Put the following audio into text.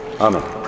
Amen